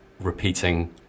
repeating